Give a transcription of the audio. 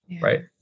Right